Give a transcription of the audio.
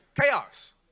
chaos